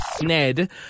Ned